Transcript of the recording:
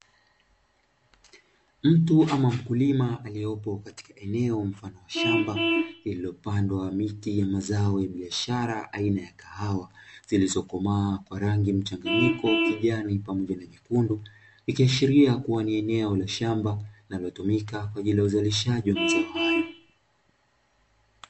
Mtu ama mkulima aliyeopo katika eneo mfano wa shamba lililopandwa miti ya mazao ya biashara aina ya kahawa, zilizokomaa kwa rangi mchanganyiko kijani pamoja na nyekundu. Ikiashiria kuwa ni eneo la shamba linalotumika kwa ajili ya uzalishaji wa mazao haya.